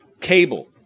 Cable